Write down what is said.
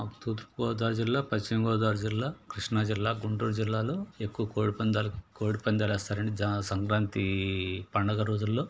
తూర్పుగోదావరి జిల్లా పశ్చిమ గోదావరి జిల్లా కృష్ణా జిల్లా గుంటూరు జిల్లాలో ఎక్కువ కోడి పందాలు కోడి పందాలు వేస్తారండి జా సంక్రాంతి పండుగ రోజుల్లో